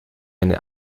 eine